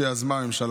שיזמה הממשלה.